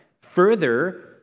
further